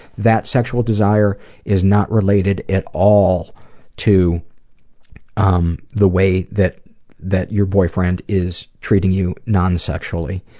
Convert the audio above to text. that sexual desire is not related at all to um the way that that your boyfriend is treating you non-sexually.